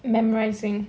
memorising